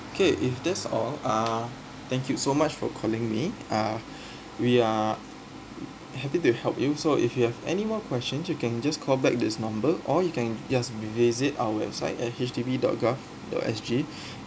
okay if that's all uh thank you so much for calling me uh we are happy to help you so if you have any more questions you can just call back this number or you can just visit our website at H D B dot G O V dot S G